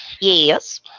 Yes